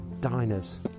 diners